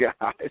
guys